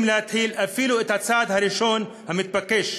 להתחיל אפילו את הצעד הראשון המתבקש,